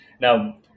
Now